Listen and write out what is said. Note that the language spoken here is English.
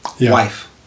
wife